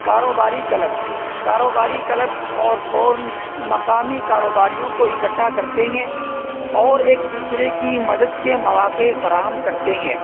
کاروباری کلب کاروباری کلب اور فورمز مقامی کاروباریوں کو اکٹھا کرتے ہیں اور ایک دوسرے کی مدد کے مواقع فراہم کرتے ہیں